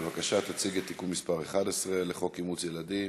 בבקשה תציגי את תיקון מס' 11 לחוק אימוץ ילדים.